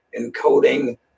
encoding